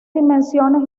dimensiones